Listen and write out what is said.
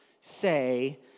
say